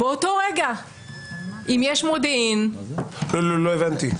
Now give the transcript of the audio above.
באותו רגע אם יש מודיעין --- לא הבנתי.